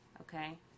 Okay